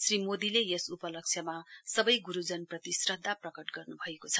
श्री मोदीले यस उपलक्ष्यमा सबै ग्रूजनप्रति श्रद्धा प्रकट गर्न् भएको छ